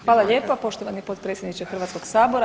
Hvala lijepa poštovani potpredsjedniče Hrvatskog sabora.